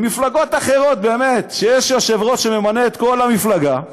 במפלגות אחרות שיש בהן יושב-ראש שממנה את כל המפלגה,